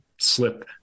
slip